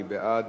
מי בעד?